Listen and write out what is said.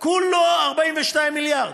כו-לו 42 מיליארד.